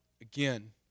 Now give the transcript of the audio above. again